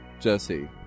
Jesse